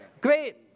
great